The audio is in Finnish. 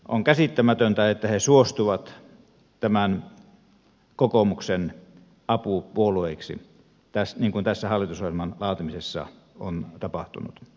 on käsittämätöntä että he suostuvat kokoomuksen apupuolueiksi niin kuin tässä hallitusohjelman laatimisessa on tapahtunut